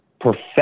perfect